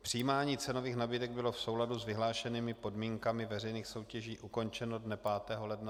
Přijímání cenových nabídek bylo v souladu s vyhlášenými podmínkami veřejných soutěží ukončeno dne 5. ledna 2015.